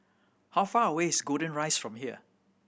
how far away is Golden Rise from here